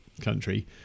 country